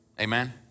amen